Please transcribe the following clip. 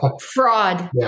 Fraud